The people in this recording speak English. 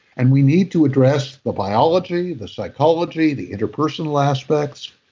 and we need to address the biology, the psychology the interpersonal aspects,